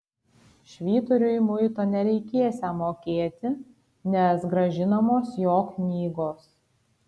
švyturiui muito nereikėsią mokėti nes grąžinamos jo knygos